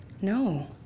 No